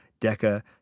Decca